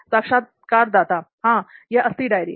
साक्षात्कारदाता हां यह असली डायरी है